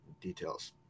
details